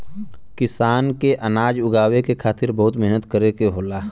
किसान के अनाज उगावे के खातिर बहुत मेहनत करे के होला